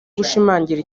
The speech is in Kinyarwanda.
gushimangira